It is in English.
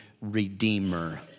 redeemer